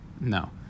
No